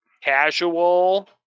casual